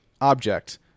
object